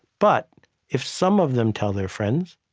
but if some of them tell their friends,